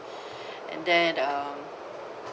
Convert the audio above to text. and then uh